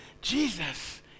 Jesus